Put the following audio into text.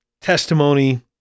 testimony